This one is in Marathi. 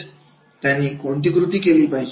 म्हणजेच त्यांनी कोणती कृती केले